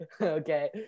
Okay